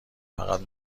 فقط